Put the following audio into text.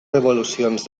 revolucions